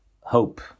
hope